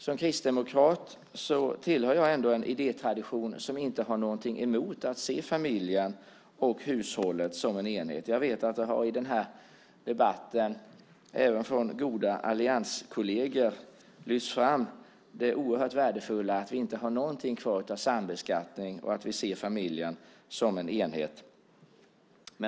Som kristdemokrat tillhör jag en idétradition där man inte har något emot att se familjen och hushållet som en enhet. Jag vet att även goda allianskolleger i den här debatten har lyft fram det oerhört värdefulla i att vi inte har kvar någon sambeskattning och att vi ser familjen som en enhet.